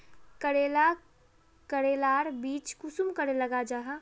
करेला करेलार बीज कुंसम करे लगा जाहा?